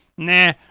Nah